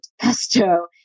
pesto